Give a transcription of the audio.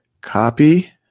copy